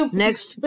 next